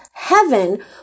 heaven